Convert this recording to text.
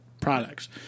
products